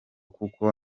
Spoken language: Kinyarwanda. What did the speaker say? kuko